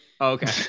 Okay